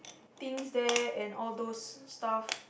things there and all those stuff